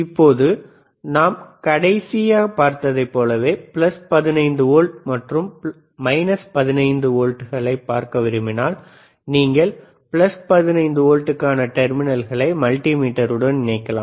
இப்போது நாங்கள் கடைசியாக பார்த்ததைப் போலவே பிளஸ் 15 வோல்ட் மற்றும் மைனஸ் 15 வோல்ட்டுகளையும் பார்க்க விரும்பினால் நீங்கள் பிளஸ் 15 ஓல்டுக்கான டெர்மினல்களை மல்டி மீட்டர் உடன் இணைக்கலாம்